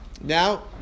Now